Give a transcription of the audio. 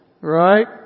Right